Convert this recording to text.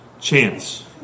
chance